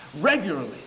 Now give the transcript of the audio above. regularly